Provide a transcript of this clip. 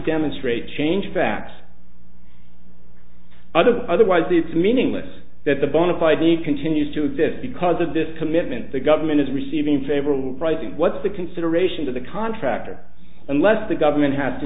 demonstrate change facts otherwise otherwise it's meaningless that the bona fide need continues to exist because of this commitment the government is receiving favorable pricing what's the consideration to the contractor unless the government has to